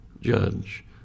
judge